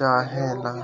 चाहे ला?